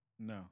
No